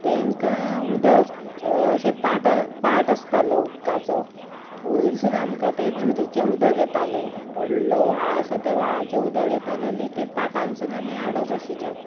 तेंकां उदक अशें पाटांत पाट आसतालो उदकाचो वयरसून आमकां तें झरीचें उदक येतालें व्हडलो व्हाळ आसा ते व्हाळाचें उदक येतालें आनी ते पाटानसून आमी हाडप आशिल्लें